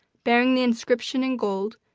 bearing the inscription in gold,